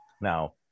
Now